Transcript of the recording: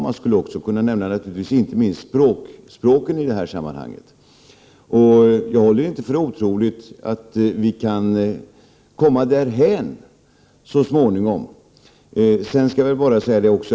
Man skulle också kunna framhålla inte minst språken i det här sammanhanget. Jag håller inte för otroligt att vi så småningom kan komma dithän.